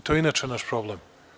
To je i inače naš problem.